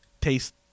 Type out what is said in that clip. taste